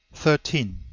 thirteen.